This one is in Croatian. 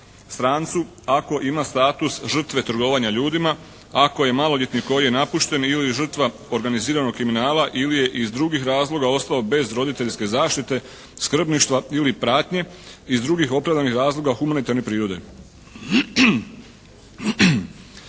strancu ako ima status žrtve trgovanja ljudima, ako je maloljetnik koji je napušten ili žrtva organiziranog kriminala ili je iz drugih razloga ostao bez roditeljske zaštite, skrbništva ili pratnje, iz drugih opravdanih razloga humanitarne prirode.